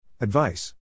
Advice